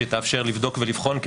שתאפשר לבדוק ולבחון,